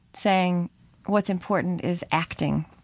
saying what's important is acting,